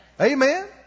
Amen